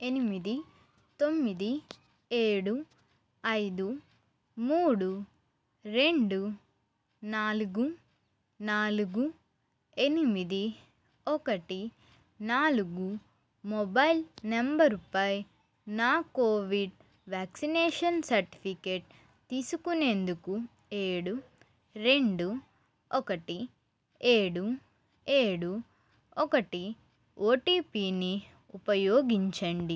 ఎనిమిది తొమ్మిది ఏడు ఐదు మూడు రెండు నాలుగు నాలుగు ఎనిమిది ఒకటి నాలుగు మొబైల్ నెంబరుపై నా కోవిడ్ వ్యాక్సినేషన్ సర్టిఫికేట్ తీసుకునేందుకు ఏడు రెండు ఒకటి ఏడు ఏడు ఒకటి ఓటీపీని ఉపయోగించండి